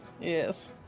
Yes